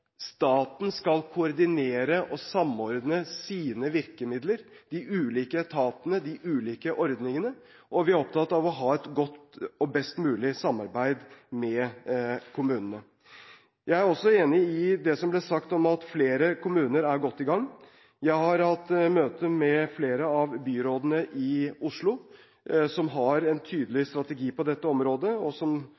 staten skal koordinere og samordne sine virkemidler – de ulike etatene, de ulike ordningene – og vi er opptatt av å ha et best mulig samarbeid med kommunene. Jeg er også enig i det som ble sagt om at flere kommuner er godt i gang. Jeg har hatt møte med flere av byrådene i Oslo, som har en tydelig